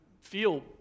feel